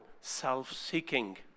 self-seeking